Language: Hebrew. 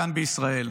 כאן בישראל.